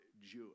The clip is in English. Jewish